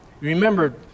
Remember